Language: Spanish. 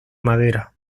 madera